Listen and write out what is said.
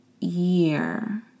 year